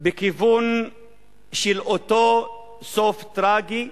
בכיוון של אותו סוף טרגי,